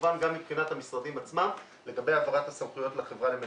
וכמובן גם מבחינת המשרדים עצמם לגבי העברת הסמכויות לחברה למצוקים.